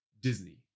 Disney